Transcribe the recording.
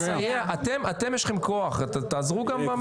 אתם יש לכם כוח, תעזרו גם במציאת.